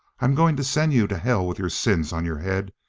i'm going to send you to hell with your sins on your head.